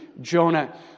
Jonah